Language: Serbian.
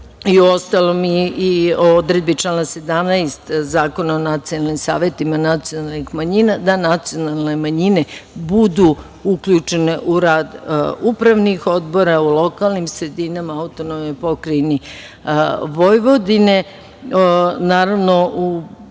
uostalom i odredbe člana 17. Zakona o nacionalnim savetima, nacionalnih manjina da nacionalne manjine budu uključene u rad upravnih odbora, u lokalnim sredinama AP Vojvodine, naravno u